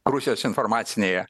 rusijos informacinėje